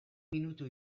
minutu